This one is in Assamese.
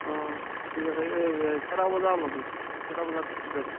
অঁ ঠিক আছে এই কেইটা বজাৰ ল'বি কেইটা বজাত যাবি